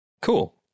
cool